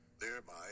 thereby